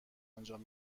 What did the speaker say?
انجام